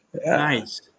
Nice